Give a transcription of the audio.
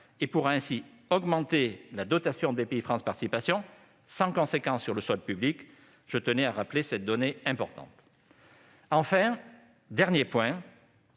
et pourra ainsi augmenter la dotation de Bpifrance Participations sans conséquence sur le solde public. Je tenais à souligner cette donnée importante. Enfin, un dernier point